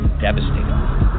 devastating